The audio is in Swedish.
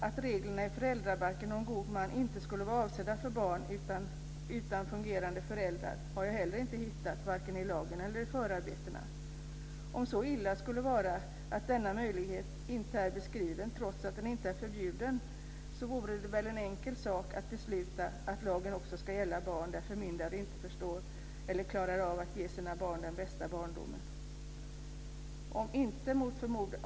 Att reglerna i föräldrabalken om god man inte skulle vara avsedda för barn utan fungerande föräldrar har jag heller inte hittat, varken i lagen eller i förarbetena. Om det skulle vara så illa att denna möjlighet inte är beskriven trots att den inte är förbjuden så vore det väl en enkel sak att besluta att lagen också ska gälla barn där förmyndarna inte förstår eller klarar av att ge sina barn den bästa barndomen.